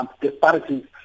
disparities